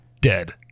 Dead